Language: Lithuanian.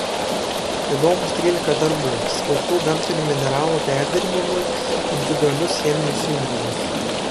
įdomūs trylika darbų skirtų gamtinių mineralų perdirbimui į individualius cheminius junginius